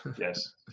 Yes